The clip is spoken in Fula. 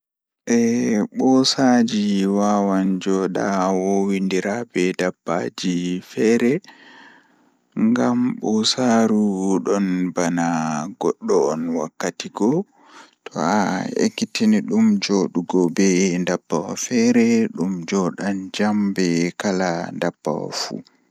Jokkondir taɗɗoore ngal heɓe ɓiɓɓe ɗiɗi ngal so tawii njiddaade moƴƴaare. Njidi taɗɗoore ngal e cuuraande ngal, waɗe e moƴƴaare he ko ƴettude nder moƴƴaare. Miɗo foti waawaa fittaade piijo, tiwtiwade, kadi njiɗir taɗɗoore ɗee ɗo waɗi bimbi. Nde waawataa njiddaade, nder mbooki ko waawataa waɗude ko ɗiɗi ngam so tawii.